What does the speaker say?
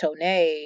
Tone